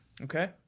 Okay